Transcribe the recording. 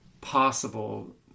possible